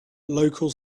local